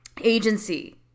Agency